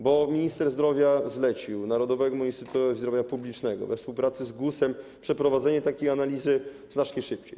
Bo minister zdrowia zlecił Narodowemu Instytutowi Zdrowia Publicznego we współpracy z GUS-em przeprowadzenie takiej analizy znacznie szybciej.